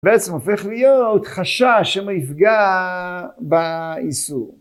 בעצם הופך להיות חשש שמא יפגע באיסור.